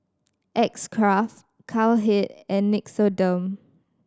X Craft Cowhead and Nixoderm